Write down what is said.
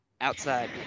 Outside